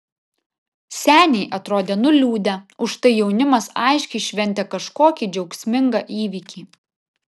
seniai atrodė nuliūdę užtai jaunimas aiškiai šventė kažkokį džiaugsmingą įvykį